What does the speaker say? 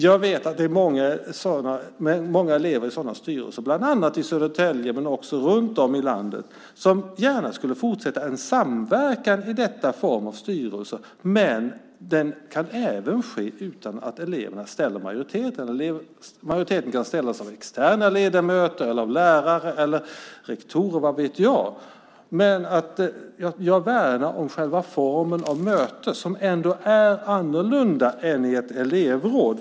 Jag vet att det är många elever i sådana styrelser. De finns bland annat i Södertälje men också runt om i landet. De skulle gärna fortsätta en samverkan i form av styrelse. Det kan även ske utan att eleverna har majoriteten. Majoriteten kan bestå av externa ledamöter, lärare eller rektorer, vad vet jag. Jag värnar om själva formen för möte. Det är ändå annorlunda än i ett elevråd.